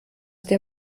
der